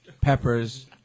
peppers